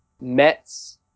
Mets